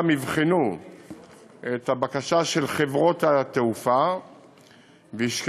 יבחנו את הבקשה של חברות התעופה וישקלו